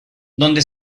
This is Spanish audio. donde